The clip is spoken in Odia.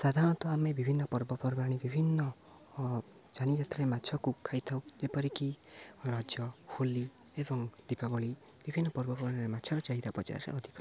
ସାଧାରଣତଃ ଆମେ ବିଭିନ୍ନ ପର୍ବପର୍ବାଣି ବିଭିନ୍ନ ଯାନିଯାତ୍ରାରେ ମାଛକୁ ଖାଇଥାଉ ଯେପରିକି ରଜ ହୋଲି ଏବଂ ଦୀପାବଳି ବିଭିନ୍ନ ପର୍ବପର୍ବାଣିରେ ମାଛର ଚାହିଦା ବଜାରରେ ଅଧିକ ରହିଥାଏ